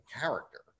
character